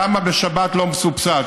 למה בשבת לא מסובסד.